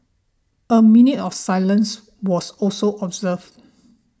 a minute of silence was also observed